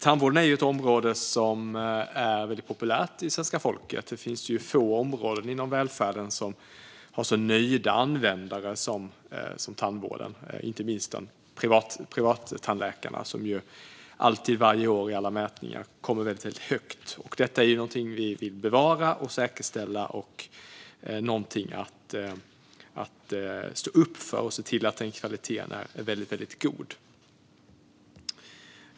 Tandvården är ett område som är väldigt populärt hos svenska folket. Det finns få områden inom välfärden som har så nöjda användare som tandvården, inte minst privattandläkarna, som varje år i alla mätningar alltid kommer väldigt högt. Detta är något som vi vill bevara och säkerställa. Att se till att kvaliteten är god är något att stå upp för.